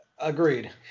Agreed